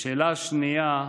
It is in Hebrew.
לשאלה השנייה,